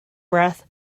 breath